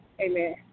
Amen